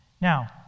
Now